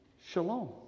Shalom